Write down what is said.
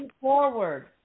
forward